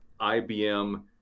IBM